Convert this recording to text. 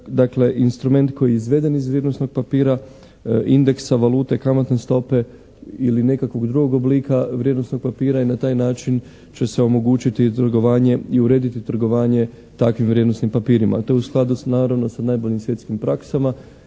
Dakle instrument koji je izveden iz vrijednosnog papira, indeksa, valute, kamatne stope ili nekakvog drugog oblika vrijednosnog papira i na taj način će se omogućiti trgovanje i urediti trgovanje takvim vrijednosnim papirima. To je u skladu s naravno sa najboljim svjetskim praksama